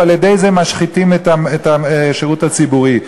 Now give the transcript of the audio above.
ועל-ידי זה משחיתים את השירות הציבורי.